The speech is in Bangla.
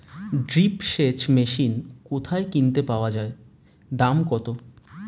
ড্রিপ সেচ মেশিন কোথায় কিনতে পাওয়া যায় দাম কত?